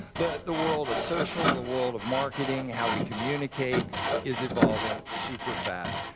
but the world of social, the world of marketing, how we communicate is evolving super fast.